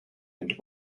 and